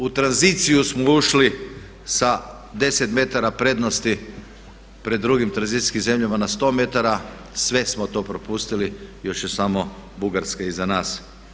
U tranziciju smo ušli sa 10 metara prednosti pred drugim tranzicijskim zemljama na 100 metara i sve smo to propustili, još je samo Bugarska iza nas.